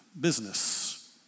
Business